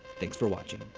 thanks for watching.